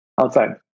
Outside